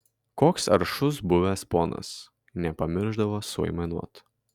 koks aršus buvęs ponas nepamiršdavo suaimanuot